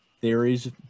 theories